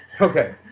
Okay